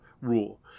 rule